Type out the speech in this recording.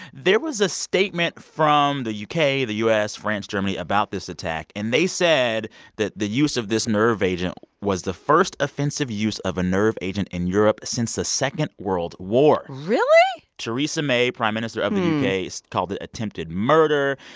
there was a statement from the u k, the u s, france, germany about this attack. and they said that the use of this nerve agent was the first offensive use of a nerve agent in europe since the second world war really? theresa may, prime minister of um the u k, so called it attempted murder.